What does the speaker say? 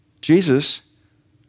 Jesus